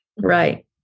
Right